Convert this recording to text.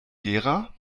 gera